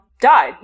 died